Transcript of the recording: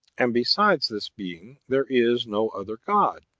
and besides this being there is no other god